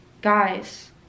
Guys